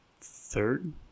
third